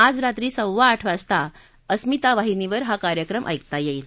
आज रात्री सव्वा आठ वाजता अस्मिता वाहिनीवर हा कार्यक्रम ऐकता येईल